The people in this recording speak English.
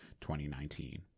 2019